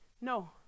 No